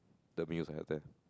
the meal I had there